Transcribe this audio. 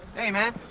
hey, man.